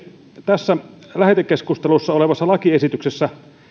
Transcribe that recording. tässä lähetekeskustelussa olevassa lakiesityksessä